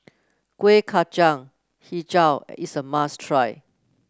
Kueh Kacang hijau is a must try